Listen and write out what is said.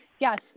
yes